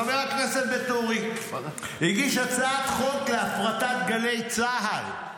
חבר הכנסת ואטורי הגיש הצעת חוק להפרטת גלי צה"ל.